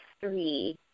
three